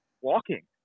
walking